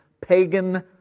pagan